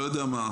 לא יודע מה,